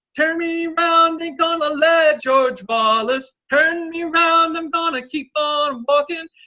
turn me round. ain't gonna let george wallace turn me round, i'm gonna keep on walking,